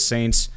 Saints